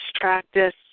practice